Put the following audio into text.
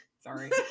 Sorry